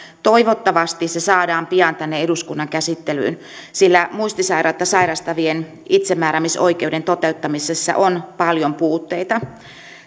toivottavasti se saadaan pian tänne eduskunnan käsittelyyn sillä muistisairautta sairastavien itsemääräämisoikeuden toteuttamisessa on paljon puutteita